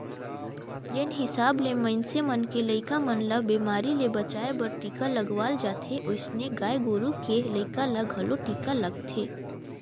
जेन हिसाब ले मनइसे मन के लइका मन ल बेमारी ले बचाय बर टीका लगवाल जाथे ओइसने गाय गोरु के लइका ल घलो टीका लगथे